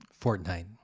Fortnite